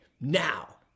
now